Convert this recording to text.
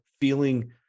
feeling